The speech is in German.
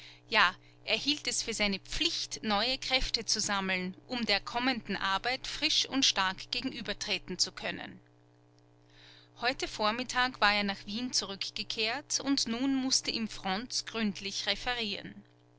er hielt es für seine pflicht neue kräfte zu sammeln um der kommenden arbeit frisch und stark gegenübertreten zu können heute vormittag war er nach wien zurückgekehrt und nun mußte ihm fronz gründlich referieren